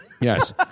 Yes